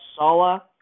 Sala